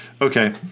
Okay